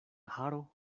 haro